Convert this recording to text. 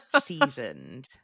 Seasoned